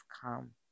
come